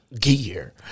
gear